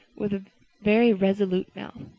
with a very resolute mouth.